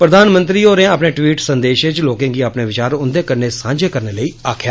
प्रधानमंत्री होरें अपने ट्वीट संदेश लोर्के गी अपने विचार उन्दे कन्नै सांझे करने लेई आक्खेया